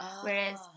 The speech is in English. whereas